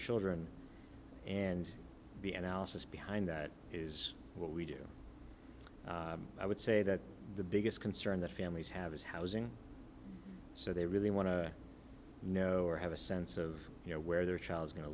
children and the elsa's behind that is what we do i would say that the biggest concern that families have is housing so they really want to know or have a sense of you know where their child is go